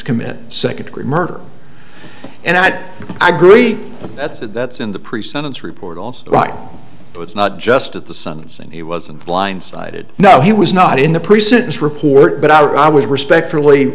commit second degree murder and i'd agree that that's in the pre sentence report all right but it's not just at the something he wasn't blindsided no he was not in the pre sentence report but i would respectfully